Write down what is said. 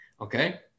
Okay